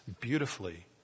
Beautifully